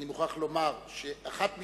אני מוכרח לומר, אחת משתיים: